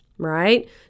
Right